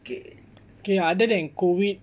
K